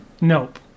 Nope